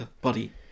body